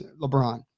LeBron